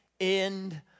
end